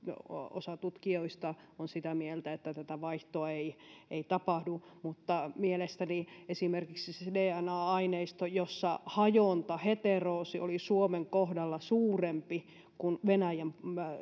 osa suomalaisista tutkijoista on sitä mieltä että tätä vaihtoa ei tapahdu mutta mielestäni esimerkiksi se dna aineisto jossa hajonta heteroosi oli suomen kohdalla suurempi kuin venäjän